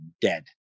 dead